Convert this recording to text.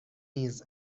نیز